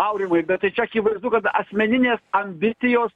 aurimai bet tai čia akivaizdu kad asmeninės ambicijos